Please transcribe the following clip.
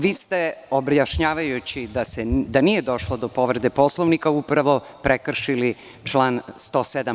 Vi ste objašnjavajući da nije došlo do povrede Poslovnika upravo prekršili član 107.